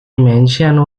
mansion